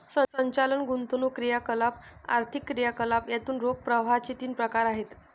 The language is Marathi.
संचालन, गुंतवणूक क्रियाकलाप, आर्थिक क्रियाकलाप यातून रोख प्रवाहाचे तीन प्रकार आहेत